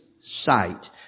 sight